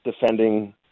defending